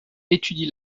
étudie